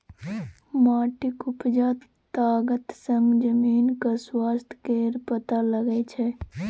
माटिक उपजा तागत सँ जमीनक स्वास्थ्य केर पता लगै छै